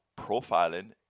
profiling